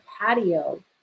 patio